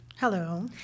Hello